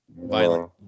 violent